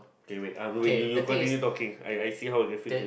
okay wait I am recording you talking I see how is it